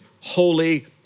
holy